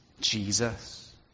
Jesus